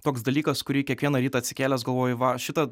toks dalykas kurį kiekvieną rytą atsikėlęs galvoji va šita